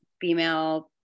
female